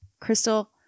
Crystal